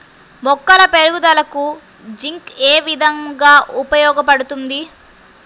మొక్కల పెరుగుదలకు జింక్ ఏ విధముగా ఉపయోగపడుతుంది?